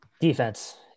defense